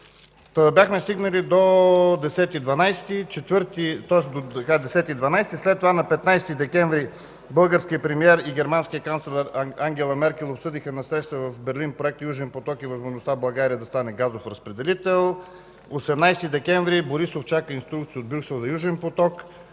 поток“ в България“. След това на 15 декември: „Българският премиер и германският канцлер Ангела Меркел обсъдиха на среща в Берлин проекта „Южен поток“ и възможността България да стане газов разпределител“. 18 декември: „Борисов чака инструкции от Брюксел за „Южен поток“.